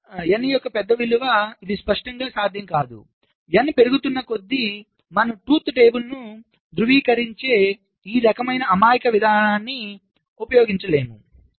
కాబట్టి N యొక్క పెద్ద విలువలకు ఇది స్పష్టంగా సాధ్యం కాదు N పెరుగుతున్న కొద్దీ మనము సత్య పట్టికను ధృవీకరించే ఈ రకమైన అమాయక విధానాన్ని ఉపయోగించలేము